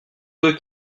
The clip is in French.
eux